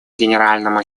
генеральному